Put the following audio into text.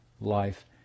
life